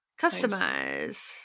Customize